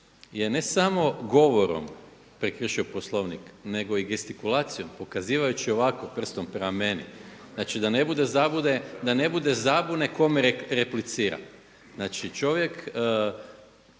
je ne samo govorom prekršio Poslovnik nego i gestikulacijom pokazivajući ovako prstom prema meni znači da ne bude zabune kom repliciram. Znači čovjek